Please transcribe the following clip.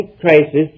crisis